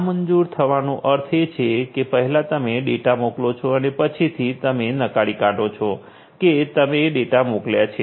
નામંજૂર થવાનો અર્થ છે કે પહેલા તમે ડેટા મોકલો છો અને પછીથી તમે નકારી કાઢો છો કે તમે ડેટા મોકલ્યો છે